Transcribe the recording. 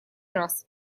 раз